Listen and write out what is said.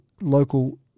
local